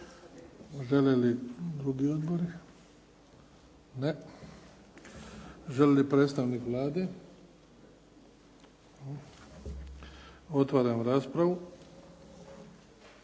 Žele li drugi odbori? Ne. Želi li predstavnik Vlade. Otvaram raspravu.